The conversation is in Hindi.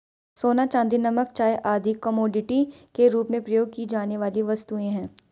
सोना, चांदी, नमक, चाय आदि कमोडिटी के रूप में प्रयोग की जाने वाली वस्तुएँ हैं